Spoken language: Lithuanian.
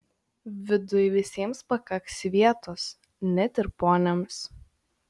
viduj visiems pakaks vietos net ir poniams